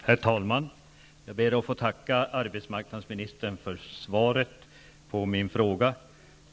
Herr talman! Jag ber att få tacka arbetsmarknadsministern för svaret på min fråga.